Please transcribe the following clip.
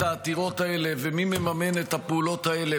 העתירות האלה ומי מממן את הפעולות האלה,